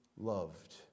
loved